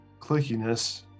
clickiness